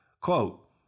Quote